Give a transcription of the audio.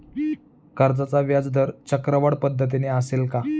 कर्जाचा व्याजदर चक्रवाढ पद्धतीने असेल का?